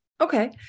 Okay